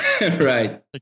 Right